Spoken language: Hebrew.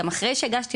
גם אחרי שהגשתי,